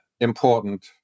important